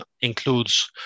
includes